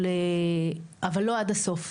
אבל לא עד הסוף.